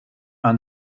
aan